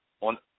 on